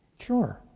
sure.